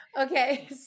okay